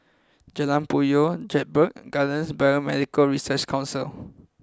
Jalan Puyoh Jedburgh Gardens and Biomedical Research Council